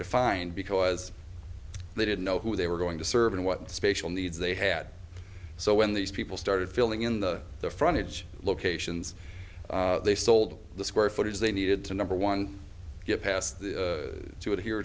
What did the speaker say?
defined because they didn't know who they were going to serve and what special needs they had so when these people started filling in the the frontage locations they sold the square footage they needed to number one get passed to adhere